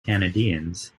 canadiens